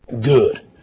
Good